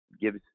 gives